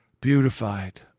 beautified